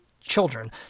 children